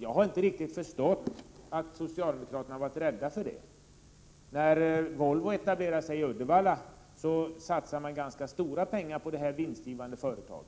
Jag har inte riktigt förstått att socialdemokraterna har varit så rädda för det. När Volvo etablerade sig i Uddevalla, satsade man ju ganska stora pengar på detta vinstgivande företag,